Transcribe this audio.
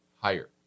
higher